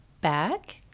back